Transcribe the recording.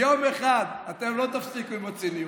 יום אחד, אתם לא תפסיקו עם הציניות.